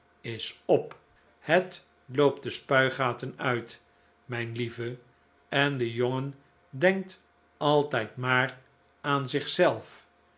is op het loopt de spuigaten uit mijn lieve en de jongen denkt altijd maar aan